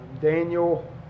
Daniel